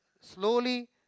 slowly